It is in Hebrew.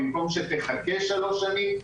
במקום שתחכה שלוש שנים,